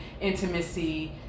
intimacy